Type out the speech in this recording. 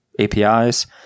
apis